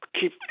keep